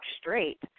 straight